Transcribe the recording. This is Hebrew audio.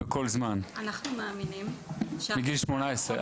בכל זמן מגיל 18,